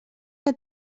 que